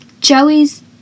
Joey's